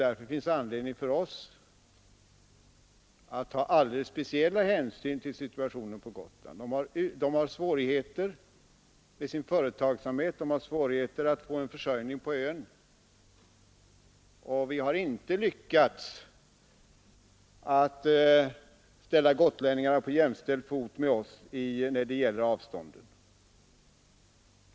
Därför finns det anledning för oss att ta alldeles speciella hänsyn till situationen på Gotland. Man har där svårigheter med sin företagsamhet och över huvud taget med att få sin försörjning på ön, och vi har inte lyckats åstadkomma jämställdhet med oss för gotlänningarna när det gäller avstånden.